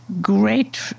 great